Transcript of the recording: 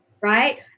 Right